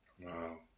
Wow